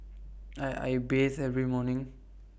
I bathe every morning